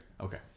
Okay